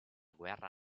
guerra